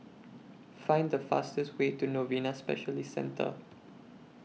Find The fastest Way to Novena Specialist Centre